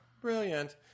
Brilliant